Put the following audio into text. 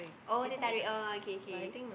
oh teh-tarik oh okay okay